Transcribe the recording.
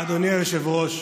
היושב-ראש,